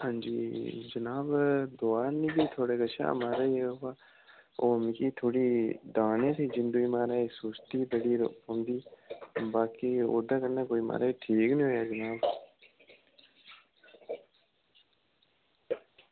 हां जी जनाब दोआ आह्नी दी थोह्ड़े कशा महाराज ओह् मिगी थोह्ड़े दाने सी जिंदु ई महाराज बाकी ओह्दे कन्नै महाराज कोई ठीक निं होएआ जनाब